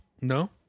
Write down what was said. No